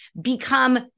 become